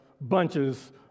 bunches